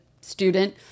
student